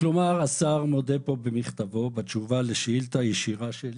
כלומר השר מודה כאן במכתבו בתשובה לשאילתה הישירה שלי